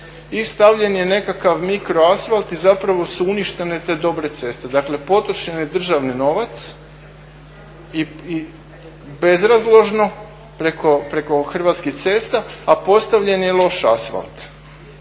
stavljen je nekakav mikroasfalt i zapravo su uništene te dobre ceste. Dakle potrošen je državni novac bezrazložno preko Hrvatskih cesta, a postavljen je loš asfalt.